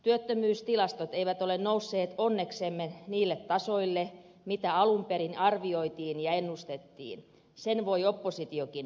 työttömyystilastot eivät ole nousseet onneksemme niille tasoille mitä alun perin arvioitiin ja ennustettiin sen voi oppositiokin myöntää